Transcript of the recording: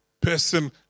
person